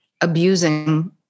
abusing